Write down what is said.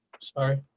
sorry